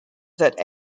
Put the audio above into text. that